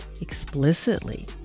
explicitly